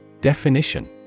Definition